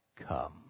come